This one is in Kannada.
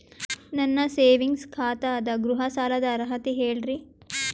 ನನ್ನ ಸೇವಿಂಗ್ಸ್ ಖಾತಾ ಅದ, ಗೃಹ ಸಾಲದ ಅರ್ಹತಿ ಹೇಳರಿ?